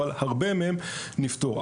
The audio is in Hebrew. אבל הרבה מהם נפתור.